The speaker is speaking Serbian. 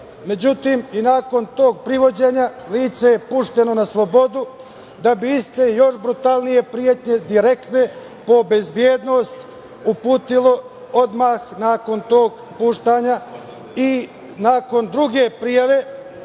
privela.Međutim, i nakon tog privođenja lice je pušteno na slobodu, da bi iste i još brutalnije pretnje, direktne po bezbednost, uputilo odmah nakon tog puštanja. Nakon druge prijave,